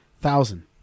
thousand